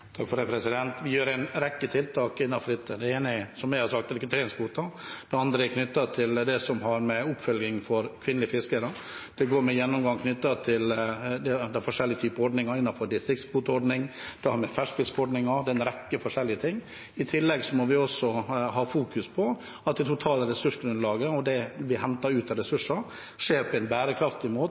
Vi gjør en rekke tiltak innenfor dette. Det ene er, som jeg har sagt, rekrutteringskvoter. Det andre er knyttet til oppfølging av regelverket når det gjelder kvinnelige fiskere, det går på gjennomgang av de forskjellige typer ordninger – distriktskvoteordningen, ferskfiskordningen, en rekke forskjellige ting. I tillegg må vi fokusere på at det totale ressursgrunnlaget og det vi henter ut av ressurser, skjer på en bærekraftig måte,